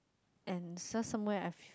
and search somewhere I feel